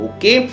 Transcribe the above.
Okay